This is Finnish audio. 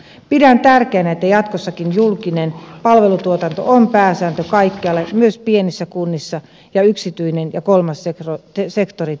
pidän tärkeänä että jatkossakin julkinen palvelutuotanto on pääsääntö kaikkialla myös pienissä kunnissa ja yksityinen ja kolmas sektori täydentävät niitä